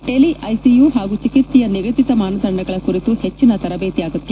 tele ICU ಹಾಗೂ ಚಿಕಿತ್ಸೆಯ ನಿಗದಿತ ಮಾನದಂಡಗಳ ಕುರಿತು ಹೆಚ್ಚಿನ ತರಬೇತಿ ಅಗತ್ಯ